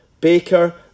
baker